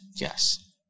yes